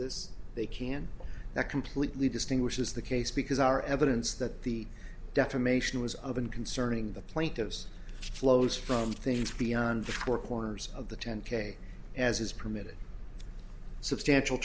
this they can not completely distinguish is the case because our evidence that the defamation was of an concerning the plaintiffs flows from things beyond the four corners of the ten k as is permitted substantial